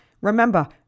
Remember